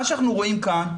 מה שאנחנו רואים כאן,